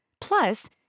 Plus